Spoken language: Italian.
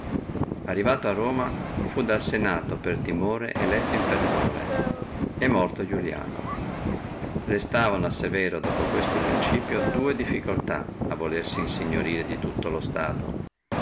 arrivato a roma fu dal senato per timore eletto imperatore e morto iuliano restava dopo questo principio a severo dua difficultà volendosi insignorire di tutto lo stato